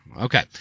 okay